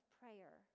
prayer